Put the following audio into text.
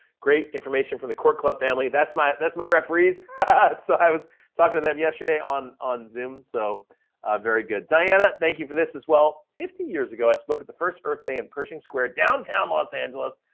great information from the court club family, that's my that's my referees. so i was talking to them yesterday on on zoom, so very good. diana, thank you for this as well. fifty years ago, i spoke at the first earth day in pershing square, downtown los angeles,